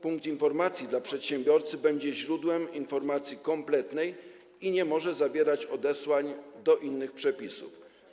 Punkt Informacji dla Przedsiębiorcy będzie źródłem informacji kompletnej i nie może zawierać odesłań do innych przepisów.